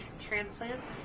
transplants